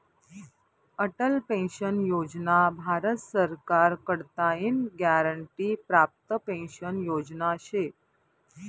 Atal pension Yojana Bharat सरकार कडताईन guarantee प्राप्त पेंशन योजना शे